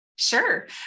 Sure